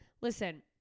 Listen